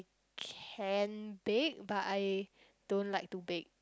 can bake but I don't like to bake